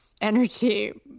energy